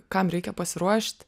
kam reikia pasiruošt